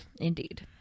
Indeed